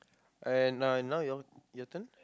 I now and you all your turn